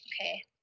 Okay